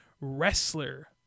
wrestler